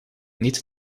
niet